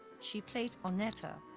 she plays oneta,